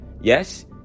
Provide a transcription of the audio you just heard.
Yes